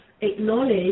acknowledge